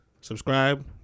Subscribe